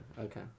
okay